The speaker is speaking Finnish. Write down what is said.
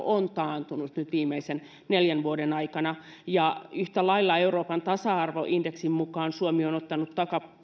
on taantunut nyt viimeisen neljän vuoden aikana yhtä lailla euroopan tasa arvoindeksin mukaan suomi on ottanut